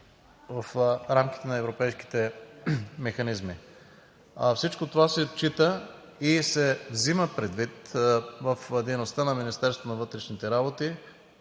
в рамките на европейските механизми. Всичко това се отчита и се взима предвид в дейността на Министерството на вътрешните работи,